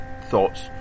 thoughts